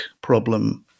problem